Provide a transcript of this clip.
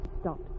Stop